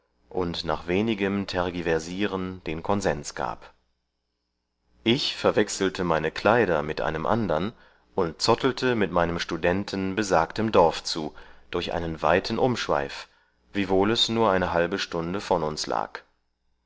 und nach wenigem tergiversieren den konsens gab ich verwechselte meine kleider mit einem andern und zottelte mit meinem studenten besagtem dorf zu durch einen weiten umschweif wiewohl es nur eine halbe stunde von uns lag